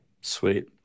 Sweet